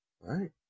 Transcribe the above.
right